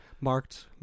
marked